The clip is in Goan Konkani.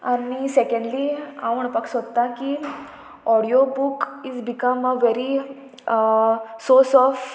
आनी सेकेंडली हांव म्हणपाक सोदतां की audio book is become a very source of